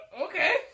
okay